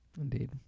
Indeed